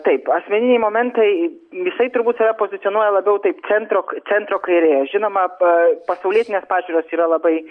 taip asmeniniai momentai jisai turbūt save pozicionuoja labiau taip centro centro kairė žinoma pa pasaulietinės pažiūros yra labai